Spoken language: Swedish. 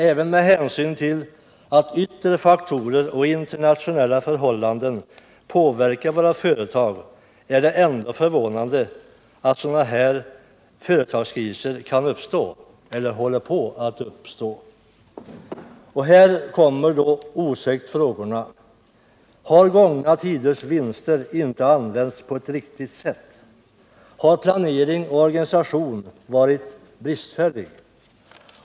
Även med hänsyn till att yttre faktorer och ir.ternationella förhållanden påverkar våra företag är det förvånande att sådana här företagskriser kan uppstå eller håller på att uppstå. Här kommer osökt frågorna: Har gångna tiders vinster inte använts på ett riktigt sätt? Har planering och organisation varit bristfällig?